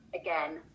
again